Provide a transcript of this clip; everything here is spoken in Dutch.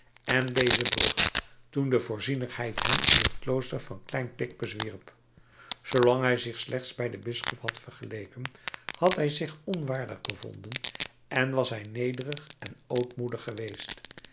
en deze brug toen de voorzienigheid hem in het klooster van klein picpus wierp zoolang hij zich slechts bij den bisschop had vergeleken had hij zich onwaardig bevonden en was hij nederig en ootmoedig geweest